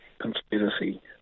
Conspiracy